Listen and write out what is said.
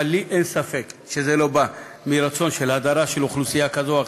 אבל לי אין ספק שזה לא בא מרצון של הדרה של אוכלוסייה כזו או אחרת.